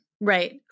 right